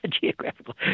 geographical